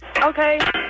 Okay